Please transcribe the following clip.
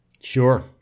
Sure